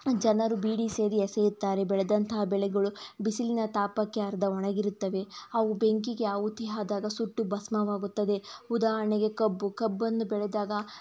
ಜನರು ಬೀಡಿ ಸೇದಿ ಎಸೆಯುತ್ತಾರೆ ಬೆಳೆದಂತಹ ಬೆಳೆಗಳು ಬಿಸಿಲಿನ ತಾಪಕ್ಕೆ ಅರ್ಧ ಒಣಗಿರುತ್ತವೆ ಅವು ಬೆಂಕಿಗೆ ಆಹುತಿಯಾದಾಗ ಸುಟ್ಟು ಭಸ್ಮವಾಗುತ್ತದೆ ಉದಾಹರಣೆಗೆ ಕಬ್ಬು ಕಬ್ಬನ್ನು ಬೆಳೆದಾಗ